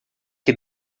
que